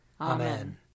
Amen